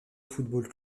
football